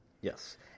Yes